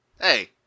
Hey